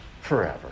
forever